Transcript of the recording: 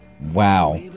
Wow